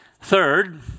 Third